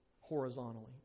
horizontally